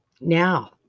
Now